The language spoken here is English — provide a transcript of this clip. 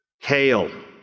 hail